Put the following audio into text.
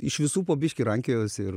iš visų po biškį rankiojosi ir